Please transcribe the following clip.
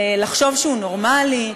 לחשוב שהוא נורמלי.